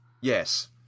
Yes